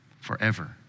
forever